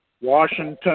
Washington